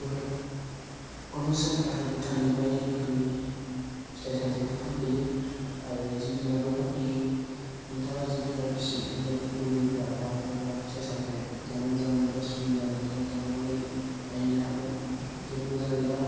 बेहाय अरुणाचल आरो भुटाननि बायदि रोखोमनि फिथाइ सामथाइबो फानफैयो आरो जिब जुनारबो फानफैयो नोंथाङा जिब जुनार फिसिनो लुबैग्रा बा एबा फिथाइ सामथाइ जानो मोजां मोनग्रा सुबुंबा नोंथाङा थांनानै नायनो हागोन जोबोर मोजां जायगा